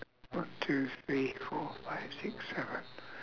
one two three four five six seven